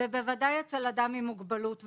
ובוודאי אצל בן אדם עם מוגבלות.